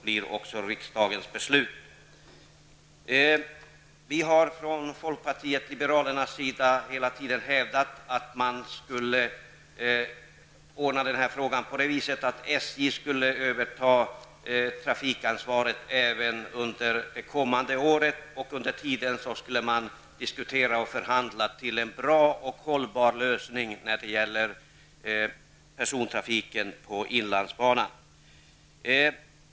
Vi har från folkpartiet liberalernas sida hela tiden hävdat att man borde ordna så att SJ skulle överta trafikansvaret även under det kommande året och att man under tiden skulle diskutera och förhandla sig fram till en bra och hållbar lösning när det gäller persontrafiken på inlandsbanan.